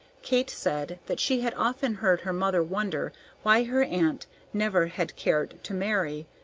kate said that she had often heard her mother wonder why her aunt never had cared to marry,